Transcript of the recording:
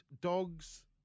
dogs